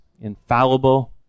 infallible